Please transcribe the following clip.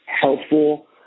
helpful